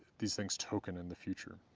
these things token in the future.